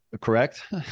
Correct